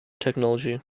technology